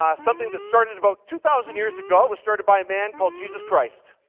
something that started about two thousand years ago. it was started by a man called jesus christ.